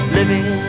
living